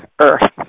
Earth